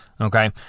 Okay